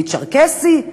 מי צ'רקסי,